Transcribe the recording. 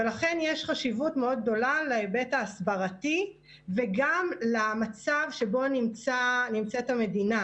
לכן יש חשיבות מאוד גדולה להיבט ההסברתי וגם למצב שבו נמצאת המדינה.